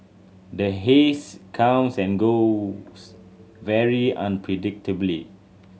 the haze comes and goes very unpredictably